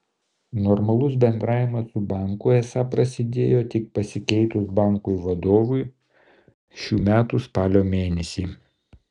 normalus bendravimas su banku esą prasidėjo tik pasikeitus banko vadovui šių metų spalio mėnesį